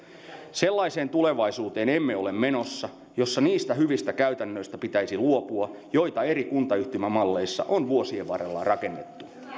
sellaiseen tulevaisuuteen emme ole menossa jossa pitäisi luopua niistä hyvistä käytännöistä joita eri kuntayhtymämalleissa on vuosien varrella rakennettu